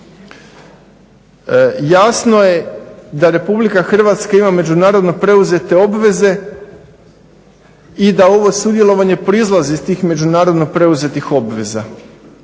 Jasno je da RH ima međunarodno preuzete obveze i da ovo sudjelovanje proizlazi iz tih međunarodno preuzetih obveza.